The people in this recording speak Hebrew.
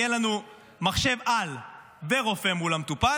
יהיה לנו מחשב-על ורופא מול המטופל.